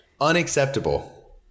unacceptable